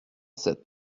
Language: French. sept